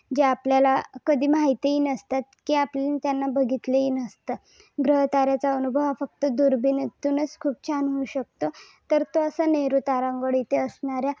जे आपल्याला कधी माहीतही नसतात की आपण त्यांना बघतिलेही नसतत ग्रहताऱ्याचा अनुभव हा फक्त दुर्बिणीतूनच खूप छान होऊ शकतो तर तो असा नेहरू तारांगण इथे असणाऱ्या